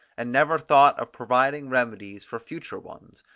and never thought of providing remedies for future ones,